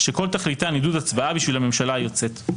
שכל תכליתן עידוד הצבעה בשביל הממשלה היוצאת.